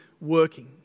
working